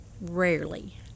Rarely